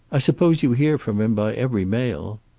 i suppose you hear from him by every mail.